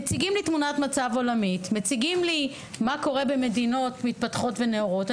מציגים לי תמונת מצב עולמית ומה קורה במדינות מתפתחות ונאורות,